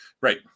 Right